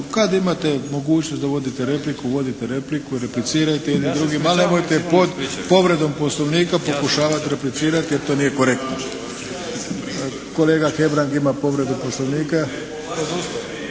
Kad imate mogućnost da vodite repliku, vodite repliku i replicirajte jedni drugima, ali nemojte pod povredom Poslovnika pokušati replicirati jer to nije korektno. Kolega Hebrang ima povredu Poslovnika.